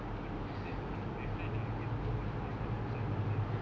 one person like my friend I heard before he earn like [what] five thousand in a month